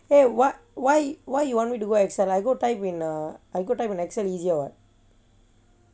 eh what why why you want me to go Excel I go type in the I go type on Excel easier [what]